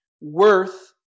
worth